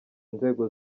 nzego